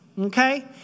Okay